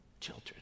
children